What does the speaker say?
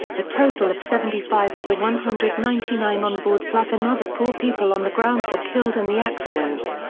a total of seventy five of the one hundred and ninety nine on board plus another four people on the ground were killed in the accident.